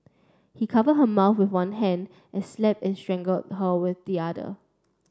he cover her mouth with one hand and slapped and strangled her with the other